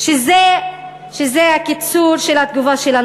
שזה הקיצור של התגובה שלנו.